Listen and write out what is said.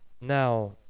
Now